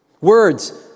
Words